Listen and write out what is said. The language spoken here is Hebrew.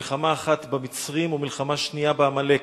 מלחמה אחת במצרים ומלחמה שנייה בעמלק.